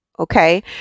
Okay